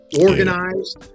organized